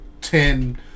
ten